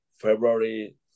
February